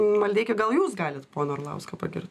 maldeiki gal jūs galit poną orlauską pagirt